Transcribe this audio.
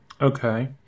Okay